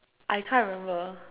I can't remember